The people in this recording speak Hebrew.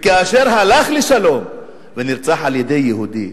וכאשר הוא הלך לשלום ונרצח על-ידי יהודי,